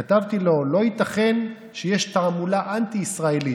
כתבתי לו: לא ייתכן שיש תעמולה אנטי-ישראלית,